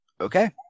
Okay